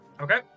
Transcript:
Okay